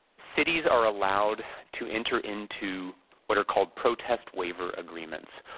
cities are allowed to enter into what are called protest waiver agreements.